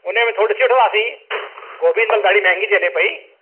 उनमें थोरी ॾिसी वठंदासीं गोभी हिन महिल ॾाढी महांगी थी हले पयी